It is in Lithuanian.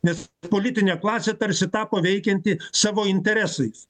nes politinė klasė tarsi tapo veikianti savo interesais